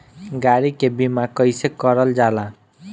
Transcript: गाड़ी के बीमा कईसे करल जाला?